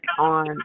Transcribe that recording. on